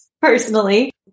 Personally